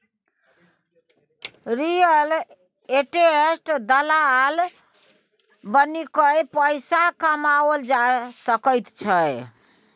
real estate दलाल बनिकए पैसा कमाओल जा सकैत छै